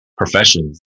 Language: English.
Professions